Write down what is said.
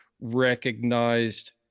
recognized